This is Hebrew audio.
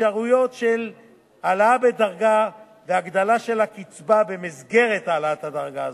אפשרויות של העלאה בדרגה והגדלה של הקצבה במסגרת העלאת הדרגה הזאת,